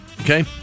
Okay